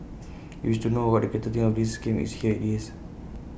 you wish to know what the creator thinks of his game here IT is